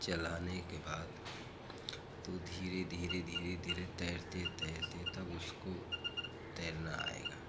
चलाने के बाद तो धीरे धीरे धीरे धीरे तैरते तैरते तब उसको तैरना आएगा